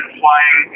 flying